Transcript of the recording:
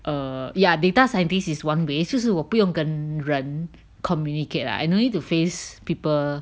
err yeah data scientist is one way 就是我不用跟人 communicate ah I no need to face people